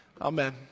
Amen